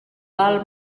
val